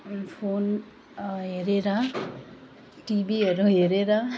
phone हेरेर टिभीहरू हेरेर